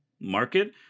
market